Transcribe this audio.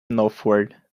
northward